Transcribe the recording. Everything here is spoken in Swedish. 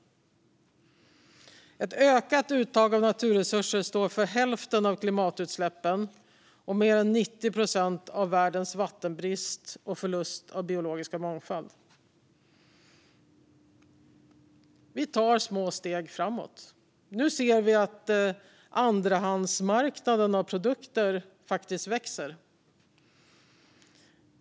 Ett ökat uttag av naturresurser står för hälften av klimatutsläppen och mer än 90 procent av världens vattenbrist och förlust av biologisk mångfald. Vi tar små steg framåt. Nu ser vi att andrahandsmarknaden av produkter faktiskt växer.